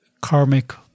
karmic